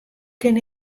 kin